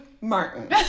Martin